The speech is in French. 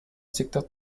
secteur